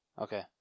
Okay